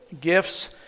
gifts